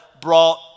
brought